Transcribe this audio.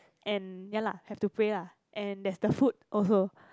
and ya lah have to pray lah and there's the food also